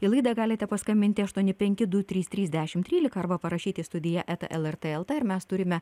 į laidą galite paskambinti aštuoni penki du trys trys dešimt trylika arba parašyti studija eta lrt lt ir mes turime